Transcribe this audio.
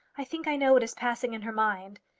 i think i know what is passing in her mind.